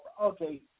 Okay